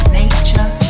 nature